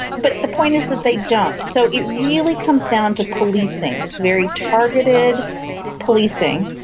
but the point is that they don't. so it really comes down to policing, this very targeted policing,